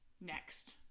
next